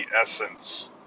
essence